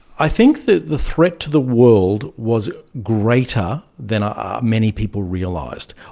i think that the threat to the world was greater than ah ah many people realised.